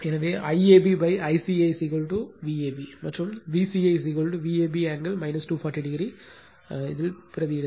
எனவே IAB ICA Vab மற்றும் Vca Vab angle 240o பதிலீடு